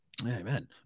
amen